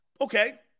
Okay